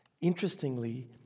Interestingly